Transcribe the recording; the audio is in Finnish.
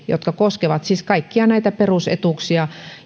jotka koskevat siis kaikkia näitä perusetuuksia